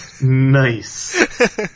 Nice